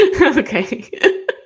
Okay